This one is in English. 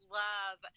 love